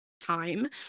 time